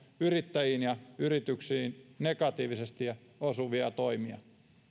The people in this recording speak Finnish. yrittäjiin ja yrityksiin negatiivisesti osuvia toimia